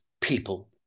people